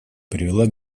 привела